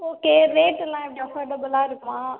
okay rate எல்லாம் கம்ஃபர்ட்புலாக இருக்குமா